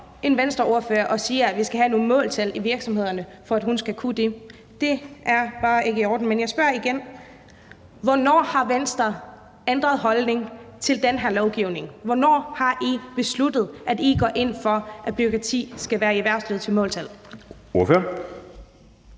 en Venstreordfører og siger, at vi skal have nogle måltal i virksomhederne, for at hun skal kunne det. Det er bare ikke i orden. Men jeg spørger igen: Hvornår har Venstre ændret holdning til den her lovgivning? Hvornår har I besluttet, at I går ind for, at der skal være bureaukrati i erhvervslivet med måltal?